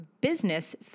business